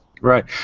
Right